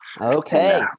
Okay